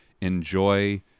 enjoy